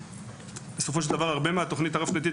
בסופו של דבר הרבה מהתוכנית הרב-שנתית,